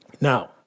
Now